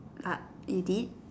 uh you did